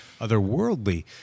otherworldly